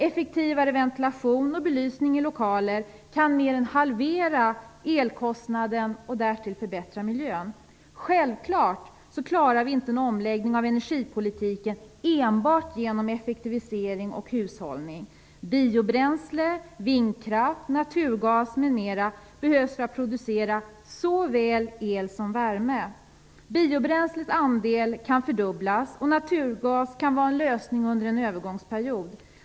Effektivare ventilation och belysning i lokaler kan mer än halvera elkostnaden och därtill förbättra miljön. Självklart klarar vi inte en omläggning av energipolitiken enbart genom effektivisering och hushållning. Biobränsle, vindkraft, naturgas m.m. behövs för att producera såväl el som värme. Biobränslets andel kan fördubblas, och naturgas kan vara en lösning under en övergångsperiod.